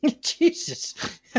Jesus